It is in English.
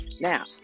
Now